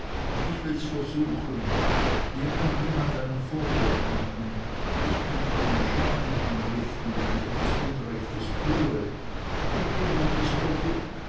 ich wills versuchen mir kann niemand einen vorwurf machen i kann keinen schaden anrichten wenn ich etwas unrechtes tue ich bin nur